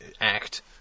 act